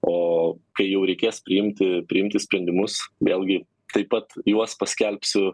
o kai jau reikės priimti priimti sprendimus vėlgi taip pat juos paskelbsiu